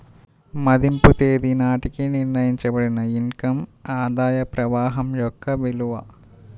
మదింపు తేదీ నాటికి నిర్ణయించబడిన ఇన్ కమ్ ఆదాయ ప్రవాహం యొక్క విలువ